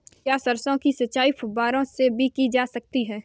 क्या सरसों की सिंचाई फुब्बारों से की जा सकती है?